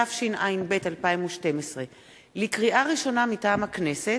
התשע"ב 2012. לקריאה ראשונה, מטעם הכנסת: